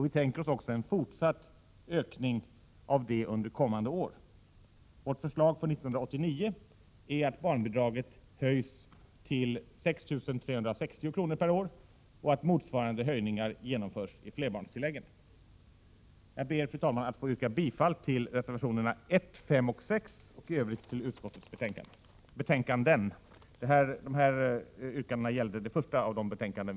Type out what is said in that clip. Vi tänker oss också en fortsatt ökning under kommande år. Vårt förslag för 1989 innebär att barnbidraget höjs till 6 360 kr. per år och att motsvarande höjningar genomförs beträffande flerbarnstilläggen. Jag ber att få yrka bifall till reservationerna 1, 5 och 6 i socialutskottets betänkande 12 och i övrigt till hemställan i socialutskottets betänkanden.